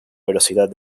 velocidad